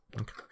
Okay